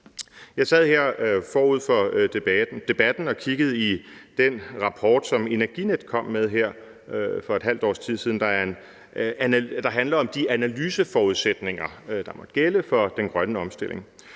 Jeg sad her forud for debatten og kiggede i den rapport, som Energinet kom med her for et halvt års tid side, der handler om de analyseforudsætninger, der måtte gælde for den grønne omstilling.